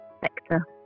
sector